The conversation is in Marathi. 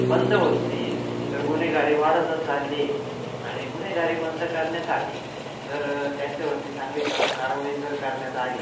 बंद होत नाही आहे तर गुन्हेगारी वाढतच चालली आहे आणि गुन्हेगारी बंद करण्यासाठी जर त्यांच्यावरती चांगली कडक कारवाई जर करण्यात आली